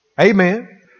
Amen